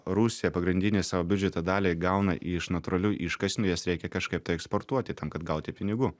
rusija pagrindinę savo biudžeto dalį gauna iš natūralių iškasenų jas reikia kažkaip tai eksportuoti tam kad gauti pinigų